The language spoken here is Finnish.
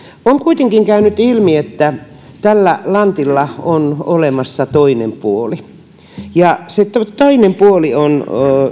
on kuitenkin käynyt ilmi että tällä lantilla on olemassa toinen puoli se toinen puoli on